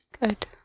Good